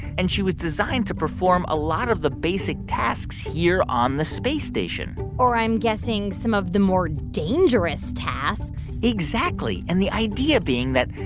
and she was designed to perform a lot of the basic tasks here on the space station or, i'm guessing, some of the more dangerous tasks exactly. and the idea being that,